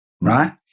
right